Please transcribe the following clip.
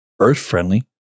earth-friendly